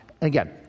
Again